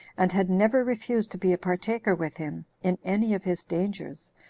and had never refused to be a partaker with him in any of his dangers,